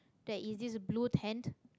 there is this blue tent